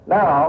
Now